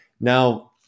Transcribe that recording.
Now